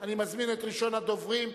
אני מזמין את ראשון הדוברים,